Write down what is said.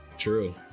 true